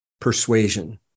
persuasion